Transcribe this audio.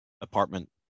apartment